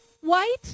white